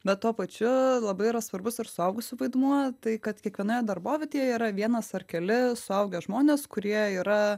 bet tuo pačiu labai yra svarbus ir suaugusių vaidmuo tai kad kiekvienoje darbovietėje yra vienas ar keli suaugę žmonės kurie yra